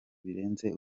birenze